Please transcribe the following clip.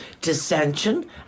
dissension